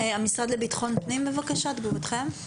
המשרד לביטחון הפנים, תגובתכם, בבקשה.